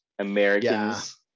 Americans